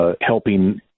helping